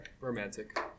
Romantic